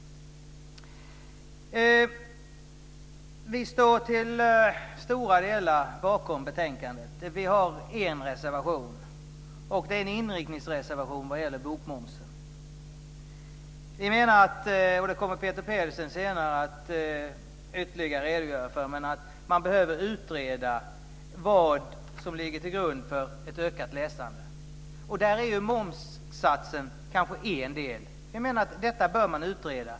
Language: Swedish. Vi står till stora delar bakom betänkandet. Vi har en reservation. Det är en inriktningsreservation vad gäller bokmomsen. Peter Pedersen kommer senare att ytterligare redogöra för att det behöver utredas vad som ligger till grund för ett ökat läsande. Där är momssatsen kanske en del. Det bör utredas.